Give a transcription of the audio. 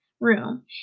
room